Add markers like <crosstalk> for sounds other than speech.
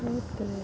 <unintelligible>